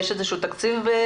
יש איזשהו תקציב?